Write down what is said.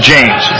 James